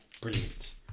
Brilliant